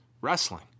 wrestling